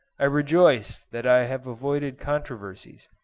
i rejoice that i have avoided controversies,